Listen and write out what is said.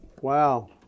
wow